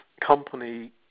company